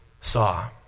saw